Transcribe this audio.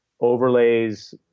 overlays